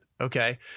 Okay